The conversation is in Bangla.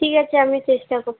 ঠিক আছে আমি চেষ্টা কর